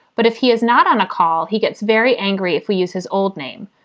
but if he is not on a call, he gets very angry if we use his old name.